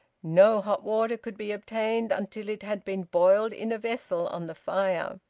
no hot water could be obtained until it had been boiled in a vessel on the fire.